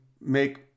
make